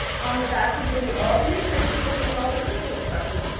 on the back we give you ah the nutritional. and ah the cooking instructions.